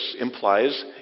implies